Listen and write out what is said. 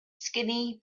skinny